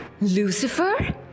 Lucifer